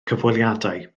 cyfweliadau